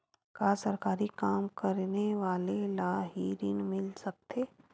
का सरकारी काम करने वाले ल हि ऋण मिल सकथे?